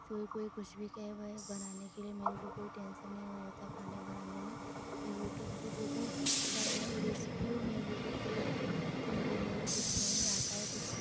कोई कुछ भी कहे बनाने के लिए मेरे को कोई टेंसन नहीं होता खाना बनाने में मै यू ट्यूब से जो भी बनाने रेसिपियो मैं यूट्यूब से देख कर बनाती हूँ मेरे को कुछ नहीं आता है कुछ